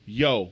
yo